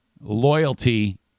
Loyalty